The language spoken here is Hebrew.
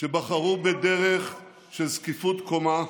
שבחרו בדרך של זקיפות קומה,